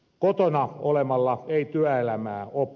kotona olemalla ei työelämää opi